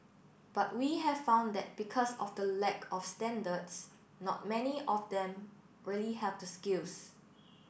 but we have found that because of the lack of standards not many of them really have the skills